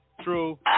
True